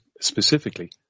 specifically